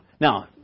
now